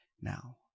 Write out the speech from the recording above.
now